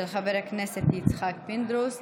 של חבר הכנסת יצחק פינדרוס.